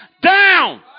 down